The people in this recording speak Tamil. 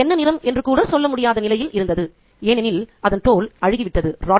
நாய் என்ன நிறம் என்று கூட சொல்ல முடியாத நிலையில் இருந்தது ஏனெனில் அதன் தோல் அழுகிவிட்டது